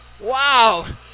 Wow